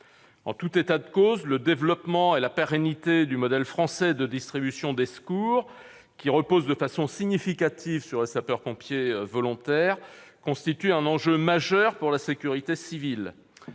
En tout état de cause, le développement et la pérennité du modèle français de distribution des secours, qui reposent de façon significative sur les sapeurs-pompiers volontaires, constituent un enjeu majeur pour la sécurité civile.